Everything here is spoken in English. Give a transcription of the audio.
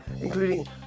including